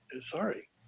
Sorry